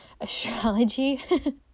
astrology